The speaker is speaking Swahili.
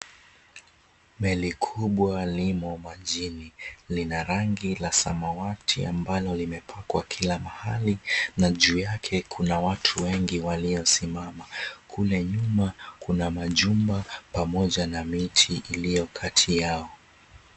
Meli kubwa limo majini. Lina rangi la samawati ambalo limepakwa kila mahali na juu yake kuna watu wengi waliosimama. Kule nyuma kuna majumba pamoja na miti iliyo kati yao.